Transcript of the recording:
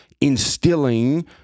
instilling